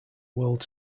world